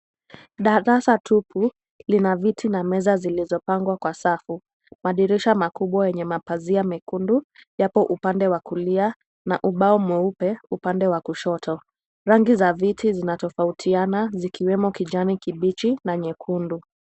Darasa tupu lina viti na meza zilizopangwa kwa safu, madirisha makubwa yenye mapazia mekundu yapo upande wa kulia na ubao mweupe upande wa kushoto, rangi za viti zinatofautiana zikiwemo kijani kibichi na nyekundu.